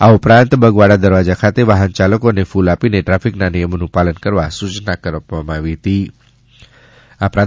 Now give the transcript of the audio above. આ ઉપરાંત બગવાડા દરવાજા ખાતે વાહન ચાલકોને ફૂલ આપીને ટ્રાફિકના નિયમોનું પાલન કરવા સૂચન કર્યું હતું